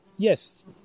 Yes